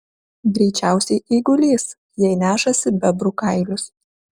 greičiausiai eigulys jei nešasi bebrų kailius